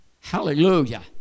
Hallelujah